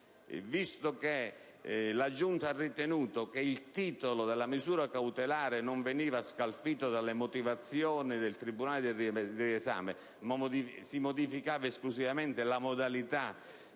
momento che la Giunta ha ritenuto che il titolo della misura cautelare non veniva scalfito dalle motivazioni del tribunale del riesame, ma si modificava esclusivamente la modalità